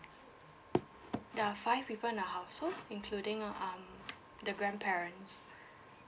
there are five people in the household including um the grandparents